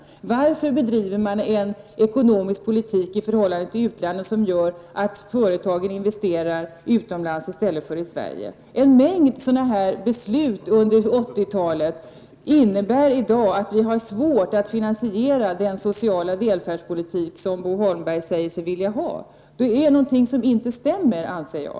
Varför bedriver man en ekonomisk politik i förhållande till utlandet som gör att företagen investerar utomlands i stället för i Sverige? En mängd beslut som fattades under 1980-talet innebär i dag att vi har svårt att finansiera den sociala välfärdspolitik som Bo Holmberg säger sig vilja ha. Det är någonting som inte stämmer, anser jag.